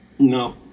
No